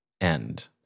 end